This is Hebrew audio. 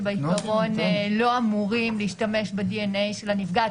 שבעיקרון לא אמורים להשתמש בדנ"א של הנפגעת,